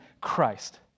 Christ